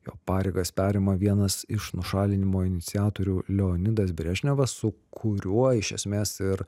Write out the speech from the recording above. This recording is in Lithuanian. jo pareigas perima vienas iš nušalinimo iniciatorių leonidas brežnevas su kuriuo iš esmės ir